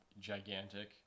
gigantic